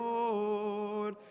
Lord